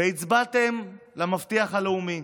והצבעתם למבטיח הלאומי,